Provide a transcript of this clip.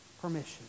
permission